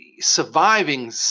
surviving